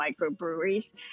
microbreweries